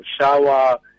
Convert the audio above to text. shower